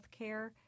healthcare